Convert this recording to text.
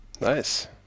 nice